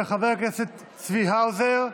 של חבר הכנסת צבי האוזר.